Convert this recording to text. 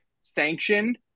sanctioned